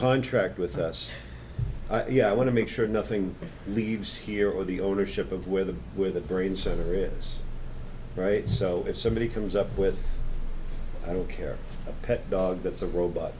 contract with us i want to make sure nothing leaves here or the ownership of where the where the brain surgery is right so if somebody comes up with i don't care pet dog that's a robot